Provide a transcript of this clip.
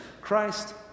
Christ